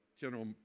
General